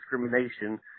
discrimination